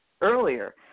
earlier